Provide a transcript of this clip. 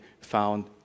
found